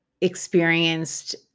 experienced